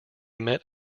met